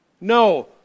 No